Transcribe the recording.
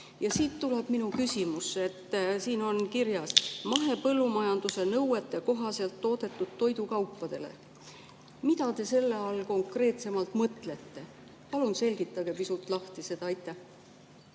Siit tuleb minu küsimus. Siin on kirjas "mahepõllumajanduse nõuete kohaselt toodetud toidukaupadele". Mida te selle all konkreetsemalt mõtlete? Palun selgitage pisut lahti. Aitäh,